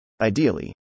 Ideally